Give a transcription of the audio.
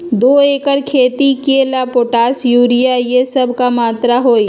दो एकर खेत के ला पोटाश, यूरिया ये सब का मात्रा होई?